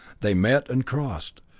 they met and crossed.